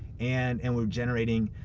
and and we're generating